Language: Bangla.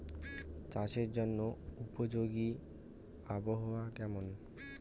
চাষের জন্য উপযোগী আবহাওয়া কেমন?